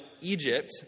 Egypt